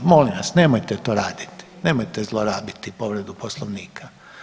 Molim vas nemojte to raditi, nemojte zlorabiti povredu poslovnika.